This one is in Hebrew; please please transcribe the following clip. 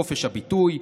חופש הביטוי,